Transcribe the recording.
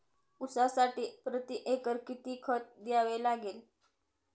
ऊसासाठी प्रतिएकर किती खत द्यावे लागेल?